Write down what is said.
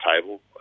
table